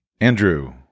andrew